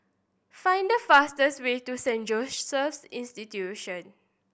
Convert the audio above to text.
find the fastest way to Saint Joseph's Institution